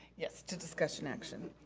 yes, to discussion action.